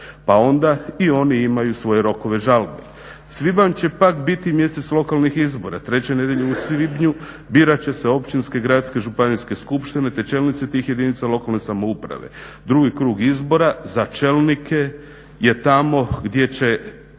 Pa onda i oni imaju svoje rokove žalbe. Svibanj će pak biti mjesec lokalnih izbora, treće nedjelje u svibnju birat će se općinske, gradske i županijske skupštine te čelnici tih jedinica lokalne samouprave. Drugi krug izbora za čelnike je tamo gdje će